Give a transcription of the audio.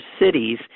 cities